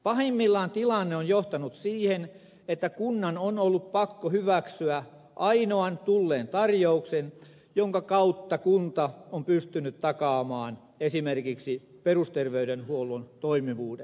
pahimmillaan tilanne on johtanut siihen että kunnan on ollut pakko hyväksyä ainoan tulleen tarjouksen jonka kautta kunta on pystynyt takaamaan esimerkiksi perusterveydenhuollon toimivuuden